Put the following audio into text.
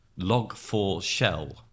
log4shell